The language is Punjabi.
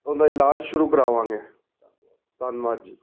ਉਹਦਾ ਇਲਾਜ ਸ਼ੁਰੂ ਕਰਾਵਾਂਗੇ ਧੰਨਵਾਦ ਜੀ